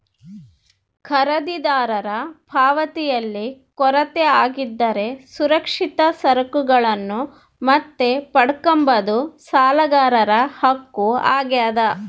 ಖರೀದಿದಾರರ ಪಾವತಿಯಲ್ಲಿ ಕೊರತೆ ಆಗಿದ್ದರೆ ಸುರಕ್ಷಿತ ಸರಕುಗಳನ್ನು ಮತ್ತೆ ಪಡ್ಕಂಬದು ಸಾಲಗಾರರ ಹಕ್ಕು ಆಗ್ಯಾದ